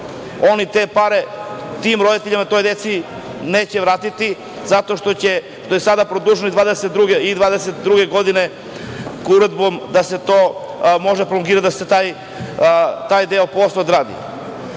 oni te pare tim roditeljima, toj deci neće vratiti, zato što je to sada produženo i 2022. godine, uredbom da se to može prolongirati, da se taj deo posla odradi. Moje